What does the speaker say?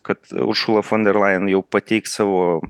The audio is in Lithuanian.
kad uršula fon der laen jau pateiks savo